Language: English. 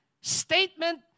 statement